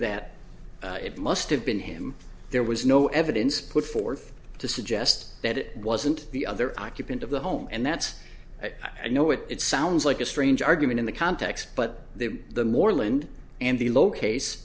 that it must have been him there was no evidence put forth to suggest that it wasn't the other occupant of the home and that's it i know it it sounds like a strange argument in the context but the moreland and the low case